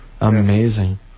Amazing